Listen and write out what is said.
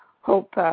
hope